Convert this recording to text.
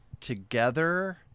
together